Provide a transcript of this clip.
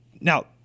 now